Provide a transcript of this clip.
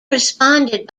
responded